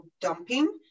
dumping